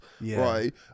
right